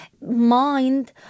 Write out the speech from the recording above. Mind